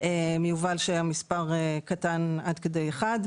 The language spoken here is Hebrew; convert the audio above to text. מיובל שהמספר קטן, עד כדי אחד.